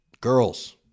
girls